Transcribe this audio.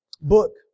book